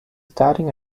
starting